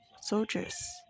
soldiers